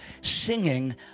singing